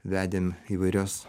vedėm įvairias